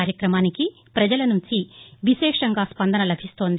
కార్యక్రమానికి పజల నుంచి విశేషంగా స్పందన లభిస్తోంది